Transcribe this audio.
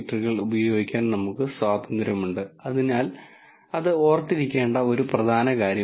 data സയൻസിൽ പ്രധാനമായും നമ്മൾ പരിഹരിക്കുന്ന 2 ക്ലാസ് പ്രോബ്ളങ്ങളുണ്ടെന്ന് ഞാൻ പറയും